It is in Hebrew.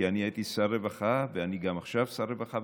כי אני הייתי שר רווחה ואני גם עכשיו שר רווחה,